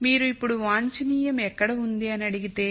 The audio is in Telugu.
మీరు ఇప్పుడు వాంఛనీయం ఎక్కడ ఉంది అని అడిగితే